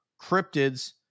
cryptids